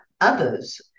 others